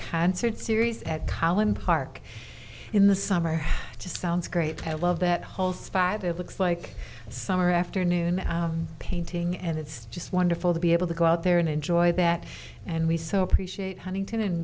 concert series at collin park in the summer just sounds great i love that whole spider it looks like summer afternoon painting and it's just wonderful to be able to go out there and enjoy that and we so appreciate huntington and